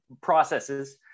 processes